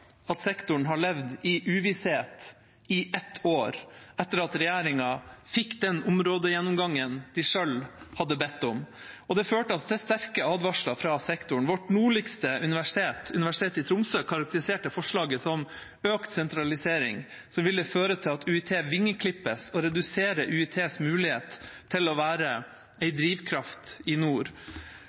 fikk den områdegjennomgangen den selv hadde bedt om. Det førte altså til sterke advarsler fra sektoren. Vårt nordligste universitet, Universitetet i Tromsø, karakteriserte forslaget som en økt sentralisering som ville føre til at UiT vingeklippes, og redusere UiTs mulighet til å være en drivkraft i nord.